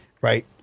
right